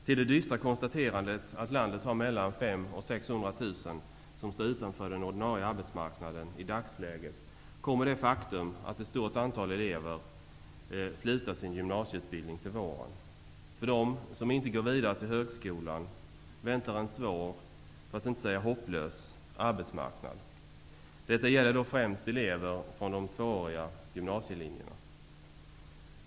Till det dystra konstaterandet att landet har mellan 500 000 och 600 000 personer som står utanför den ordinarie arbetsmarknaden i dagsläget kommer det faktum att ett stort antal elever slutar sin gymnasieutbildning till våren. För dem som inte går vidare till högskolan väntar en svår, för att inte säga hopplös, arbetsmarknad. Detta gäller främst elever från de tvååriga gymnasielinjerna.